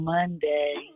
Monday